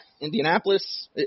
Indianapolis